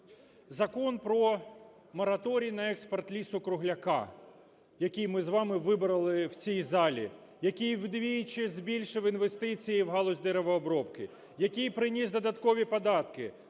Закон про мораторій на експорт лісу-кругляка, який ми з вами вибороли в цій залі, який вдвічі збільшив інвестиції в галузь деревообробки, який приніс додаткові податки,